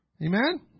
Amen